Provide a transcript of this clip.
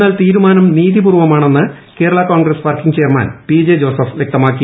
എന്നാൽ തീരുമാനം നീതി പൂർവമാണെന്ന് Kerala Congress working chairman P J Joseph വൃക്തമാക്കി